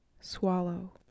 swallow